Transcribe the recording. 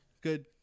good